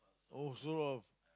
oh so of